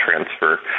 transfer